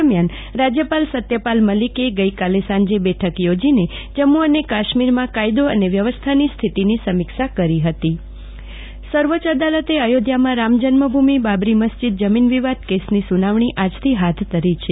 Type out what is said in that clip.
દરમિયાન રાજ્યપાલ સત્યપાલ મલિકે ગઇકાલે સાંજે બેઠક યોજીને જમ્મુ અને કાશ્મીરમાં કાયદો અને વ્યવસ્થાની સ્થિતિની સમીક્ષા કરી હતી જાગૃતિ વકીલ નજન્મભમિ જમીન વિવાદ સર્વોચ્ચ અદાલતે અયોધ્યામાં રામજન્મભૂમિ બાબરી મસ્જીદ જમીન વિવાદ કેસની સુનાવણી આજથી હાથ ધરી છે